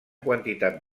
quantitat